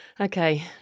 Okay